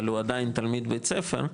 אבל הוא עדיין תלמיד בית ספר,